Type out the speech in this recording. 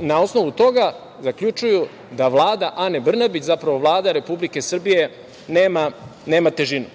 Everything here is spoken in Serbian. na osnovu toga zaključuju da Vlada Ane Brnabić, zapravo Vlada Republike Srbije nema težinu.